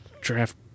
draft